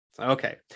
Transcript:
Okay